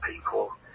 people